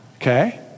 okay